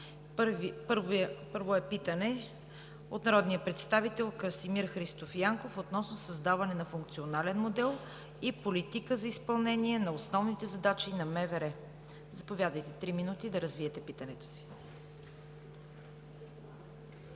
Първо е питане от народния представител Красимир Христов Янков относно създаване на функционален модел и политика за изпълнение на основните задачи на МВР. Заповядайте, имате три минути да развиете питането си.